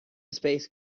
space